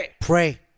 Pray